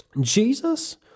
Jesus